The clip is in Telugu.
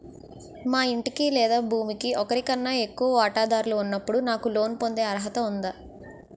మా ఇంటికి లేదా భూమికి ఒకరికన్నా ఎక్కువ వాటాదారులు ఉన్నప్పుడు నాకు లోన్ పొందే అర్హత ఉందా?